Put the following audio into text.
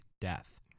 death